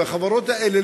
והחברות האלה,